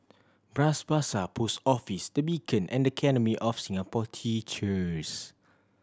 Bras Basah Post Office The Beacon and Academy of Singapore Teachers